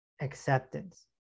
acceptance